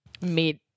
meet